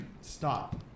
stop